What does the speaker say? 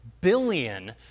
billion